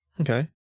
Okay